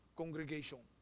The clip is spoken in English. congregation